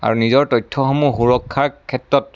আৰু নিজৰ তথ্যসমূহ সুৰক্ষাৰ ক্ষেত্ৰত